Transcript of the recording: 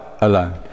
alone